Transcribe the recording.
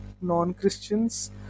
non-Christians